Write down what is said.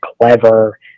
clever